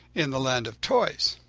in the land of toys,